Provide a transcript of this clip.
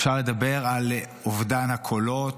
אפשר לדבר על אובדן הקולות,